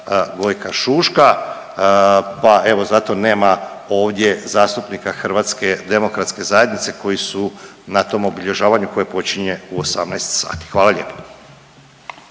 Gojka Šuška, pa evo zato nema ovdje zastupnika Hrvatske demokratske zajednice koji su na tom obilježavanju koje počinje u 18,00 sati. Hvala lijepo.